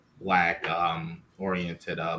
Black-oriented